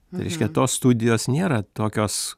reiškia tos studijos nėra tokios